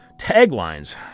Taglines